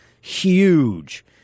huge